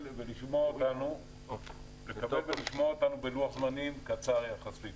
אותנו ולשמוע אותנו בלוח זמנים קצר יחסית.